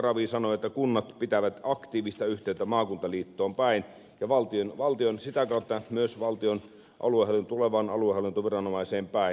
ravi sanoi että kunnat pitävät aktiivista yhteyttä maakuntaliittoon päin ja sitä kautta myös valtion tulevaan aluehallintoviranomaiseen päin